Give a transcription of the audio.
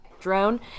Drone